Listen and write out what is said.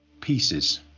pieces